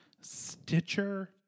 Stitcher